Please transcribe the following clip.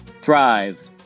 thrive